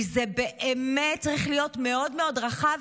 כי זה באמת צריך להיות מאוד מאוד רחב,